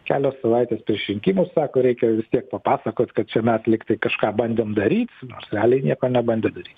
kelios savaitės prieš rinkimus sako reikia vis tiek papasakot kad čia mes lygtai kažką bandėm daryt nors realiai nieko nebandė daryt